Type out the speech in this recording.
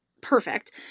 perfect